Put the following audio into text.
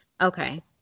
okay